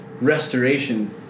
restoration